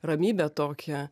ramybę tokią